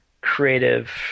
creative